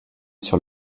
sur